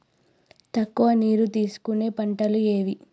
తక్కువ నీరు తీసుకునే పంటలు ఏవి?